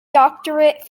doctorate